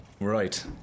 Right